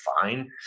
fine